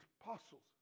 apostles